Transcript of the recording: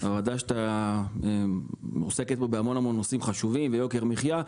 הוועדה שלך עוסקת פה בהמון נושאים חשובים וביוקר המחיה,